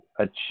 achieve